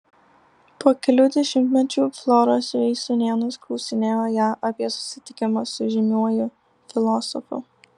po kelių dešimtmečių floros veis sūnėnas klausinėjo ją apie susitikimą su žymiuoju filosofu